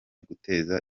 guteza